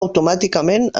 automàticament